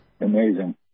Amazing